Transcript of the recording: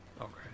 Okay